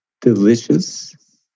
delicious